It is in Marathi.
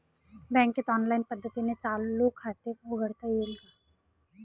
बँकेत ऑनलाईन पद्धतीने चालू खाते उघडता येईल का?